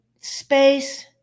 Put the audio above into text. space